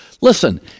Listen